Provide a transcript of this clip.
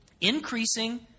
Increasing